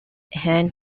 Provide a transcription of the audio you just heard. han